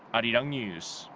arirang news.